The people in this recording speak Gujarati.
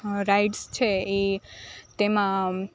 રાઇડ્સ છે એ તેમાં